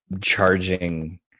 charging